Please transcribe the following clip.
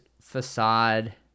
facade